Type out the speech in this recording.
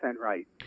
right